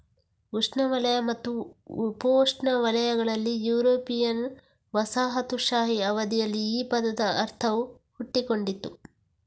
ಉಷ್ಣವಲಯ ಮತ್ತು ಉಪೋಷ್ಣವಲಯಗಳಲ್ಲಿ ಯುರೋಪಿಯನ್ ವಸಾಹತುಶಾಹಿ ಅವಧಿಯಲ್ಲಿ ಈ ಪದದ ಅರ್ಥವು ಹುಟ್ಟಿಕೊಂಡಿತು